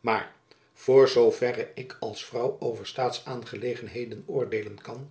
maar voor zoo verre ik als vrouw over staatsaangelegenheden oordeelen kan